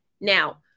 Now